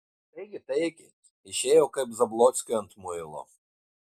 taigi taigi išėjo kaip zablockiui ant muilo